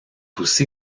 aussi